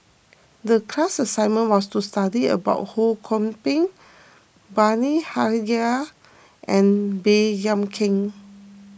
the class assignment was to study about Ho Kwon Ping Bani Haykal and Baey Yam Keng